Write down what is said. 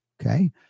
Okay